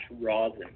rosin